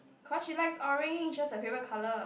cause she likes orange that's her favourite colour